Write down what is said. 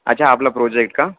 अच्छा आपला प्रोजेक्ट का